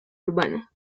urbana